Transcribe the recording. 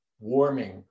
warming